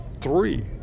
three